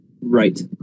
Right